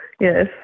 Yes